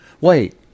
Wait